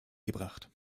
gebracht